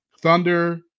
Thunder –